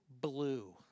blue